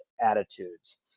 attitudes